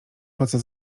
poza